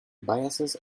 biases